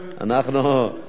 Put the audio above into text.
אפשר לזמן את זועבי לדיון.